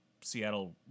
Seattle